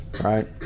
right